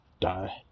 die